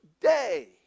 day